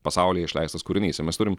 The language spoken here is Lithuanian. pasaulyje išleistas kūrinys ir mes turim